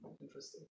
Interesting